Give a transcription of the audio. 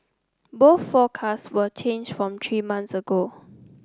both forecasts were changed from three months ago